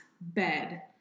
bed